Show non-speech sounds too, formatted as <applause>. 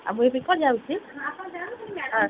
ଆଉ ମୁଁ ଏଇ <unintelligible> ଯାଉଛି ଆ